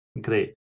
great